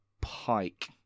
Pike